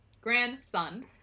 grandson